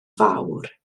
fawr